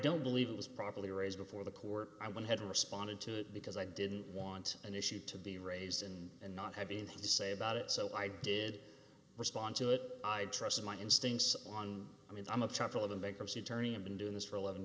don't believe it was properly raised before the court i went ahead and responded to because i didn't want an issue to the raise and and not have anything to say about it so i did respond to it i trust my instincts on i mean i'm a tough eleven bankruptcy attorney and been doing this for eleven